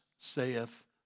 saith